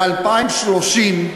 ב-2030,